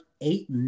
eight